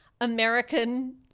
American